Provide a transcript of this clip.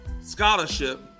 scholarship